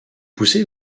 pousser